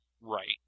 Right